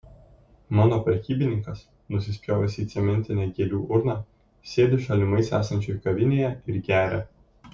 mano prekybininkas nusispjovęs į cementinę gėlių urną sėdi šalimais esančioj kavinėje ir geria